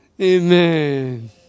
Amen